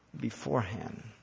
beforehand